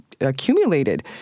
accumulated